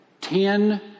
Ten